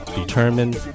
determined